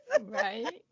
right